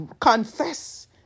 confess